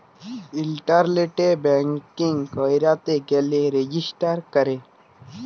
ইলটারলেট banking ক্যইরতে গ্যালে register ক্যরে